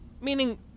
Meaning